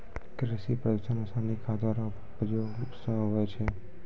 कृषि प्रदूषण रसायनिक खाद रो प्रयोग से हुवै छै